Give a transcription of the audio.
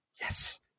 yes